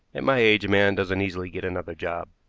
at my age a man doesn't easily get another job.